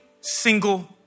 single